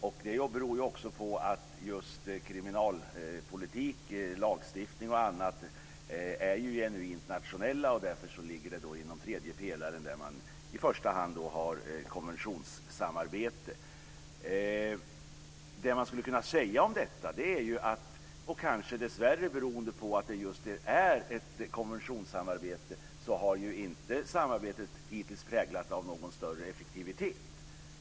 Det beror också på att just kriminalpolitik, lagstiftning och annat är genuint nationella. Därför ligger det inom den tredje pelaren, där man i första hand har konventionssamarbete. Kanske beroende på att det dessvärre är ett konventionssamarbete har inte samarbetet hittills präglats av någon större effektivitet.